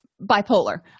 bipolar